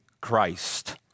Christ